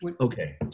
Okay